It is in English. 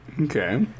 Okay